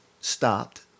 stopped